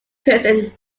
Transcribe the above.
prison